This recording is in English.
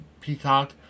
Peacock